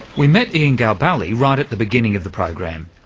we met ian galbally right at the beginning of the program,